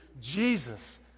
Jesus